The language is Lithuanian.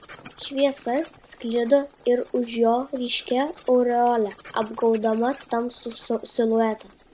šviesa sklido ir už jo ryškia aureole apgaubdama tamsų siluetą